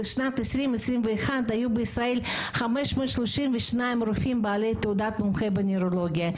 בשנת 2021 היו בישראל 532 רופאים בעלי תעודת מומחה בנוירולוגיה,